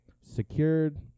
Secured